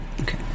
Okay